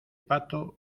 pato